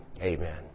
Amen